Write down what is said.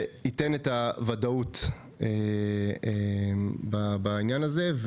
שייתן את הוודאות בעניין הזה.